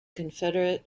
confederate